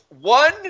one –